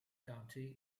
county